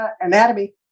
Anatomy